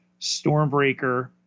Stormbreaker